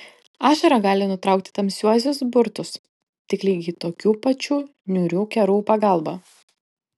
ašara gali nutraukti tamsiuosius burtus tik lygiai tokių pačių niūrių kerų pagalba